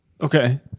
Okay